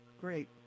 Great